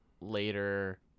later